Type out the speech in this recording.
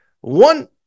One